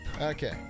Okay